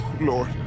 Lord